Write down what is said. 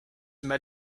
met